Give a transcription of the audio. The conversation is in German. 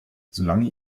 solange